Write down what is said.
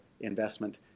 investment